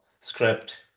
script